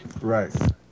Right